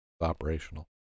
operational